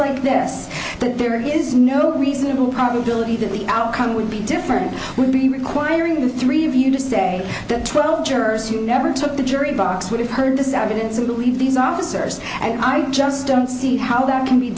like this that there is no reasonable probability that the outcome would be different would be requiring the three of you to say that twelve jurors who never took the jury box would have heard this evidence and leave these officers and i just don't see how that can be